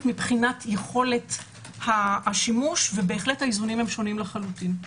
מבחינת יכולת השימוש והאיזונים הם שונים לחלוטין.